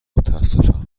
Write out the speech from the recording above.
متاسفم